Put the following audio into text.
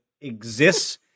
exists